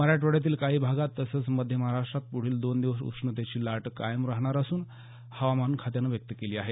मराठवाड्यातील काही भागांत तसंच मध्य महाराष्ट्रात पुढील दोन दिवस उष्णतेची तीव्र लाट येण्याची शक्यता हवामान खात्यानं व्यक्त केली आहे